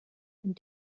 and